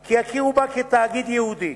כי יכירו בה כתאגיד ייעודי.